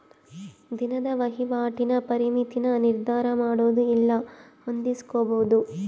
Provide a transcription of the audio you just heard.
ದಿನದ ವಹಿವಾಟಿನ ಪರಿಮಿತಿನ ನಿರ್ಧರಮಾಡೊದು ಇಲ್ಲ ಹೊಂದಿಸ್ಕೊಂಬದು